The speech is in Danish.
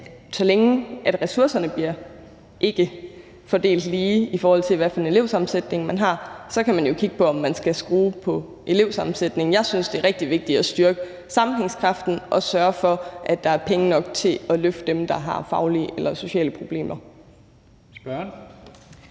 så længe ressourcerne ikke bliver fordelt ligeligt, i forhold til hvad for en elevsammensætning man har, kan kigge på, om man skal skrue på elevsammensætningen. Jeg synes, det er rigtig vigtigt at styrke sammenhængskraften og sørge for, at der er penge nok til at løfte dem, der har faglige eller sociale problemer.